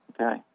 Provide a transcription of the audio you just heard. Okay